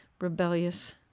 rebellious